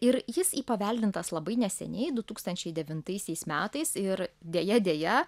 ir jis įpaveldintas labai neseniai du tūkstančiai devintaisiais metais ir deja deja